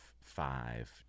five